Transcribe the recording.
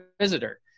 visitor